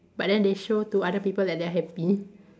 but then they show to other people that they are happy